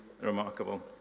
Remarkable